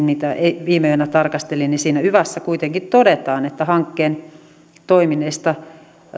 niitä viime yönä tarkastelin kun siinä yvassa kuitenkin todetaan että hankkeen toiminnoista